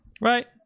right